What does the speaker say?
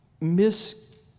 miss